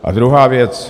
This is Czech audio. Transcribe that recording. A druhá věc.